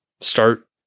start